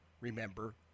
Remember